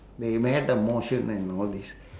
they made the motion and all these